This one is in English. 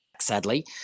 sadly